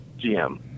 GM